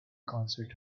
concert